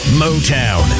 motown